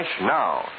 now